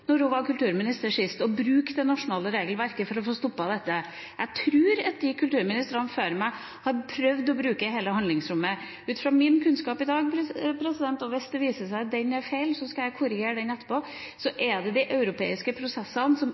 bruke det nasjonale regelverket for å få stoppet dette. Jeg tror at kulturministrene før meg har prøvd å bruke hele handlingsrommet. Ut fra min kunnskap i dag – hvis det viser seg at det er feil, skal jeg korrigere det etterpå – er det de europeiske prosessene som